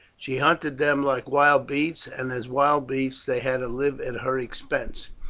she hunted them like wild beasts, and as wild beasts they had to live at her expense.